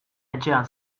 etxean